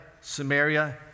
Samaria